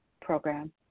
program